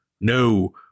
no